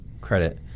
credit